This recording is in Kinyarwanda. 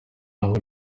aho